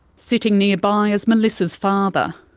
sitting nearby is melissa's father.